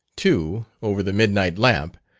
too, over the midnight lamp,